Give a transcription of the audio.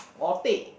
or Teh